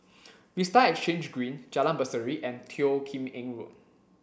Vista Exhange Green Jalan Berseri and Teo Kim Eng Road